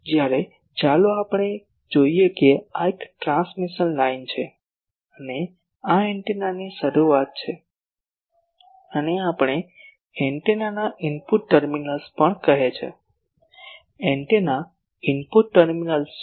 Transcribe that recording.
જ્યારે ચાલો આપણે જોઈએ કે આ એક ટ્રાન્સમિશન લાઇન છે અને આ એન્ટેનાની શરૂઆત છે આને આપણે એન્ટેનાના ઇનપુટ ટર્મિનલ્સ પણ કહે છે એન્ટેના ઇનપુટ ટર્મિનલ્સ છે